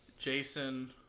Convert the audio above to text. Jason